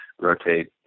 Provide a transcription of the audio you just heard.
rotate